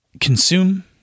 consume